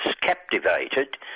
captivated